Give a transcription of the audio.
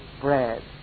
bread